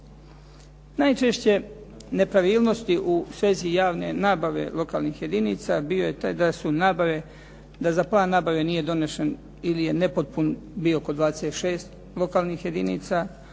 Najčešće nepravilnosti u svezi javne nabave lokalnih jedinica bio je taj da su nabave, da za plan nabave nije donesen ili je nepotpun bio kod 26 lokalnih jedinica,